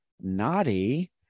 Naughty